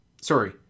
sorry